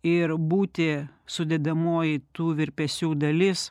ir būti sudedamoji tų virpesių dalis